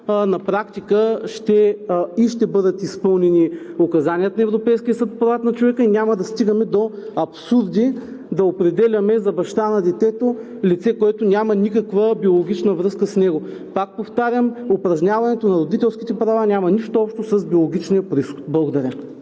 на практика и ще бъдат указанията на Европейския съд по правата на човека, и няма да стигаме до абсурди да определяме за баща на детето лице, което няма никаква биологична връзка с него. Пак повтарям, упражняването на родителските права няма нищо общо с биологичния произход. Благодаря.